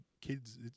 kids